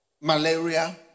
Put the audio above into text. malaria